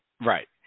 Right